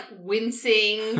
wincing